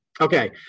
okay